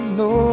no